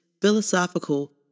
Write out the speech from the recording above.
philosophical